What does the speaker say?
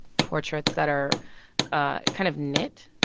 portraits that are ah kind of knit.